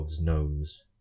gnomes